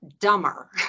dumber